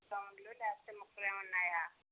గౌన్లు jacket ముక్కలే ఉన్నాయా